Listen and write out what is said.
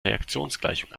reaktionsgleichung